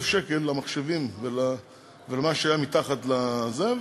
שקל למחשבים ולמה שהיה מתחת לזה,